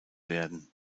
werden